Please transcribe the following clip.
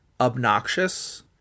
obnoxious